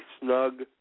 snug